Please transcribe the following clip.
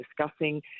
discussing